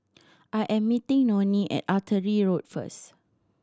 I am meeting Nonie at Artillery Road first